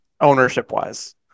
ownership-wise